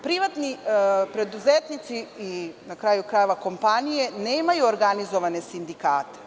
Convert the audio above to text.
Privatni preduzetnici i, na kraju krajeva, kompanije nemaju organizovane sindikate.